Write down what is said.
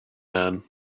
man